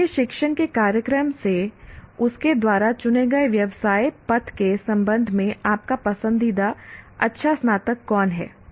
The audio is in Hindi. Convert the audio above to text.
आपके शिक्षण के कार्यक्रम से उसके द्वारा चुने गए व्यवसाय पथ के संबंध में आपका पसंदीदा अच्छा स्नातक कौन है